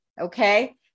Okay